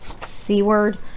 c-word